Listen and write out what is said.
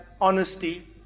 honesty